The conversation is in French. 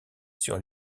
sur